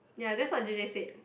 ya that's what Juliet said